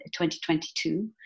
2022